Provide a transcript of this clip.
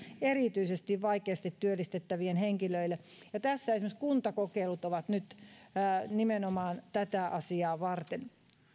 ja neuvontapalveluita erityisesti vaikeasti työllistettäville henkilöille ja esimerkiksi kuntakokeilut ovat nyt nimenomaan tätä asiaa varten